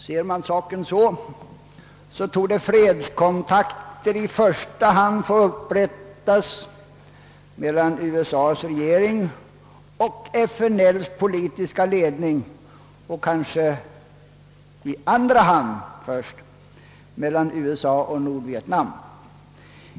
Ser man saken så, torde fredskontakter i första hand få upprättas mellan USA:s regering och FNL:s politiska ledning och kanske först i andra hand mellan USA och Nordvietnam.